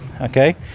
okay